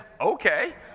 okay